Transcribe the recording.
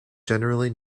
generally